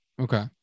Okay